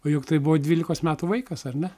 o juk tai buvo dvylikos metų vaikas ar ne